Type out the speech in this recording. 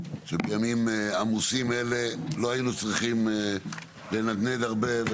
שבימים עמוסים מאלה לא היינו צריכים לנדנד הרבה,